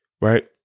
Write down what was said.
right